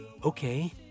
Okay